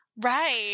Right